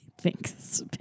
Thanks